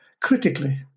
critically